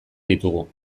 ditugu